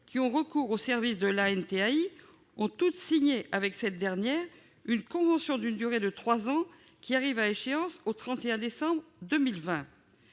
ayant recours aux services de l'ANTAI ont toutes signé avec cette dernière une convention d'une durée de trois ans, qui arrive à échéance au 31 décembre 2020.